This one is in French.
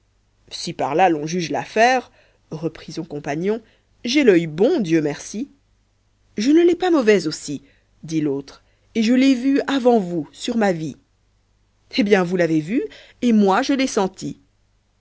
si par là l'on juge l'affaire reprit son compagnon j'ai l'œil bon dieu merci je ne l'ai pas mauvais aussi dit l'autre et je l'ai vue avant vous sur ma vie hé bien vous l'avez vue et moi je l'ai sentie